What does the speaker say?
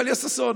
טליה ששון.